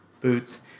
boots